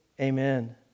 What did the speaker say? Amen